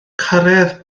cyrraedd